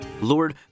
Lord